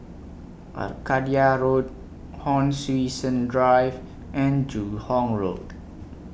Arcadia Road Hon Sui Sen Drive and Joo Hong Road